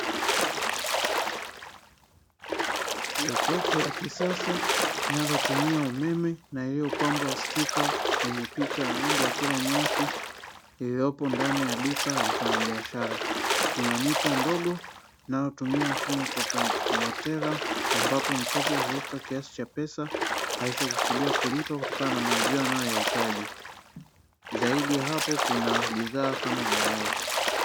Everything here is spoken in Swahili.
Jokofu la kisasa linalotumia umeme na lilopambwa stika yenye picha ya ng'ombe, akila nyasi iliyo hapo ndani ya duka la vyaa biashara. Ina mita ndogo nalo tumia mfumo wa kiatomotela ambapo mteja huweka kiasi cha pesa alichokusudia kulipa kutokana na mazao anayoyahitaji. Zaidi ya hapo kuna bidhaa kama mayai.